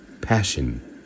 Passion